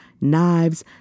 knives